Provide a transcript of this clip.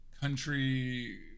country